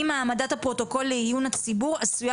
אם העמדת הפרוטוקול לעיון הציבור עשויה